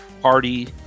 party